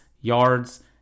yards